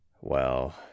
Well